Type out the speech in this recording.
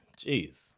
Jeez